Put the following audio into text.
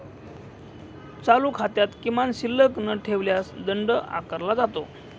चालू खात्यात किमान शिल्लक न ठेवल्यास दंड आकारला जातो